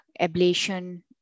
ablation